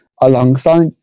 alongside